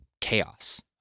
chaos